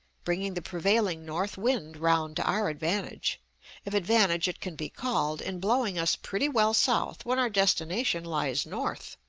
bringing the prevailing north wind round to our advantage if advantage it can be called, in blowing us pretty well south when our destination lies north.